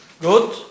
Good